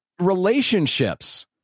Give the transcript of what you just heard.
Relationships